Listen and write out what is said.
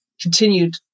continued